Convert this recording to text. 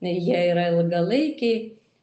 jie yra ilgalaikiai